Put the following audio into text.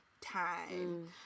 time